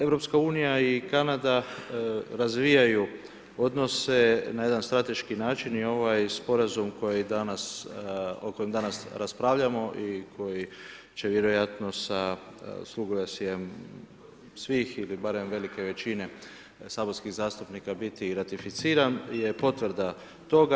EU i Kanada razvijaju odnose na jedan strateški način i ovaj sporazum o kojem danas raspravljamo i koji će vjerojatno sa suglasjem svih ili barem velike većine saborskih zastupnika biti i ratificiran je potvrda toga.